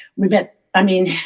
we met i mean,